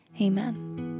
Amen